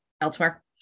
elsewhere